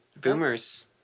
boomers